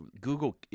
Google